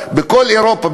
בכל אירופה,